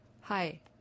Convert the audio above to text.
Hi